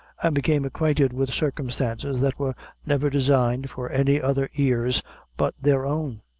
and become acquainted with circumstances that were never designed for any other ears but their own.